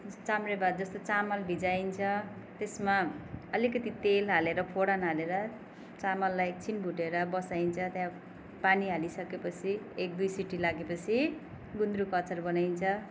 चाम्रे भात जस्तो चामल भिजाइन्छ त्यसमा अलिकति तेल हालेर फोरन हालेर चामललाई एक छिन् भुटेर बसाइन्छ त्यहाँ पानी हालिसकेपछि एक दुई सिटी लागेपछि गुन्द्रुक अचार बनाइन्छ